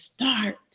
start